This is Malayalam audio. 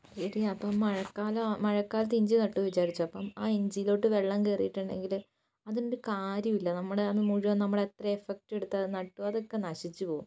ശരി അപ്പം മഴക്കാലം മഴക്കാലത്ത് ഇഞ്ചി നട്ടു വിചാരിച്ചോളൂ അപ്പം ആ ഇഞ്ചിയിലോട്ട് വെള്ളം കയറിയിട്ടുണ്ടെങ്കിൽ അതുകൊണ്ട് കാര്യമില്ല നമ്മുടെ അത് മുഴുവൻ നമ്മള് എത്രയും എഫക്ട് എടുത്ത് അത് നട്ടു അതൊക്കെ നശിച്ച് പോവും